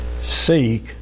seek